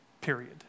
period